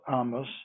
Amos